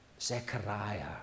Zechariah